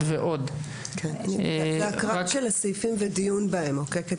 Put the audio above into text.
זאת הקראה של הסעיפים ודיון בהם.